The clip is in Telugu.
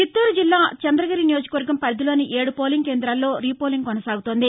చిత్తూరు జిల్లా చంద్రగిరి నియోజకవర్గం పరిధిలోని ఏడు పోలింగ్ కేంద్రాల్లో రీపోలింగ్ కొనసాగుతోంది